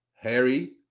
Harry